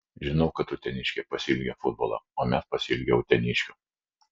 žinau kad uteniškiai pasiilgę futbolo o mes pasiilgę uteniškių